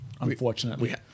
unfortunately